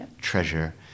treasure